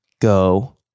go